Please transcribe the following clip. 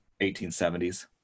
1870s